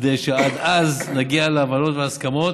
כדי שעד אז נגיע להבנות והסכמות